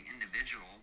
individual